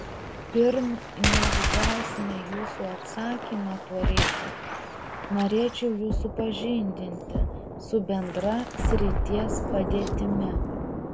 pirm negu gausime jūsų atsakymą tuo reikalu norėčiau jus supažindinti su bendra srities padėtimi